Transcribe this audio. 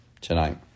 tonight